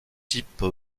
type